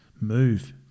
move